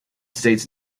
states